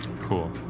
Cool